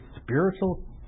spiritual